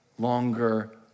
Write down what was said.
longer